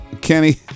Kenny